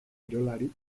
kirolari